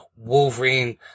Wolverine